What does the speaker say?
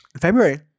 February